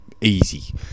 easy